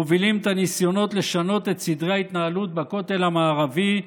מובילים את הניסיונות לשנות את סדרי ההתנהלות בכותל המערבי,